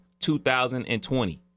2020